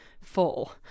full